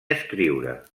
escriure